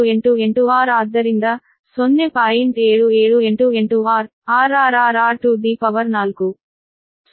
7788r r r r r ಗೆ power 4